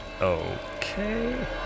Okay